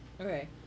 Okay